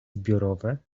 zbiorowe